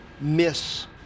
miss